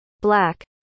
black